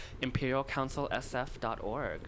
ImperialCouncilSF.org